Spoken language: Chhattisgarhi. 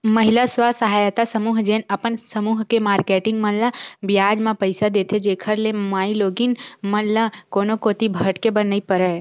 महिला स्व सहायता समूह जेन अपन समूह के मारकेटिंग मन ल बियाज म पइसा देथे, जेखर ले माईलोगिन मन ल कोनो कोती भटके बर नइ परय